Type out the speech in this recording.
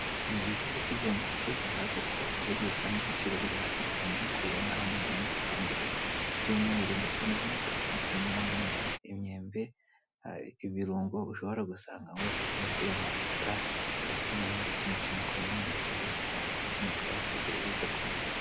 Ni byiza rero kujya mu isoko ugahaha, kuko hari igihe usanga ibiciro biri hasi cyane nk'uko ubibona hano harimo ibitunguru; iby'umweru ndetse n'iby'umutuku, inyanya, imyembe, ibirungo ushobora gusanga ahongaho rwose, amavuta, ndetse n'ibindi byinshi nk'uko ubibona uyu musore w'agapira k'umukara ategereje uza kumuhahira.